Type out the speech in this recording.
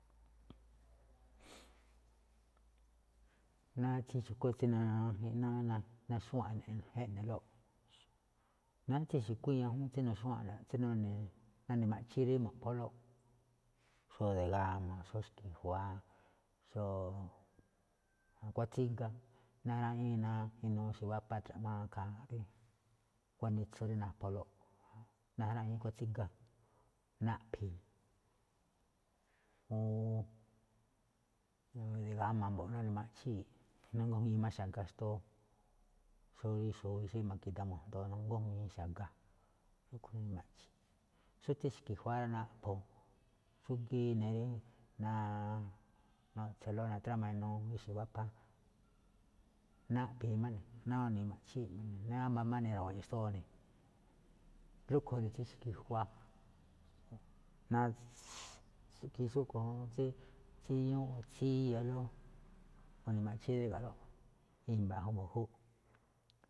ná tsí xu̱kú tsí naxúwa̱nꞌlóꞌ eꞌnelóꞌ, náá tsí xu̱kú tsí ñajúún naxúwa̱nꞌlóꞌ, tsí nune̱ maꞌchíí rí mo̱ꞌpholóꞌ, xó di̱gama, xó xki̱jua̱á, xó a̱kuáan tsíga najraꞌíin ná inuu ixe̱ wapa tra̱ꞌma ikhaa rí gunitsu rí napholóꞌ, najraꞌíin a̱kuáan tsíga naꞌphi̱i̱, o ndi̱ma mbo̱ꞌ nune̱ maꞌchíi̱, nang ii máꞌ xa̱ga xtóo, xó rí xuwi xí ma̱jngi̱da mujndoo ngujmii xa̱ga, rúꞌkhue̱n nune̱ maꞌchíi̱. Xó tsí xki̱jua̱á naꞌkho̱ xúgíí rí nuꞌtse̱lóꞌ natrama inuu ixe̱ wapa, naꞌphi̱i̱ má ne̱, nuni̱i̱ maꞌchíi̱ má ne̱ wámba̱ máꞌ ni̱ro̱we̱e̱nꞌ xtóo ne̱, rúꞌkhue̱n ene̱ tsí xki̱jua̱á, ikhiin tsúꞌkhue̱n juun tsí tsíñúú tsíyalóꞌ mune̱ maꞌchíí dríga̱ꞌlóꞌ. I̱mba̱ mbjúꞌ.